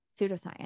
pseudoscience